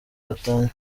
gatanya